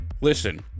listen